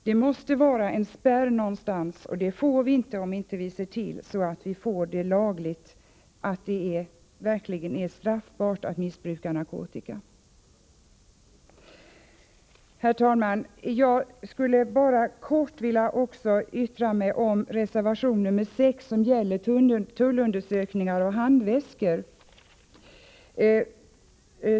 Det måste finnas en spärr någonstans, och en sådan får vi inte, om vi inte ser till att det lagligt slås fast att det verkligen är straffbart att missbruka narkotika. Herr talman! Jag skulle också helt kort vilja yttra mig om reservation nr 6 vid justitieutskottets betänkande som gäller tullundersökning av handväskor.